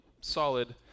solid